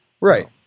right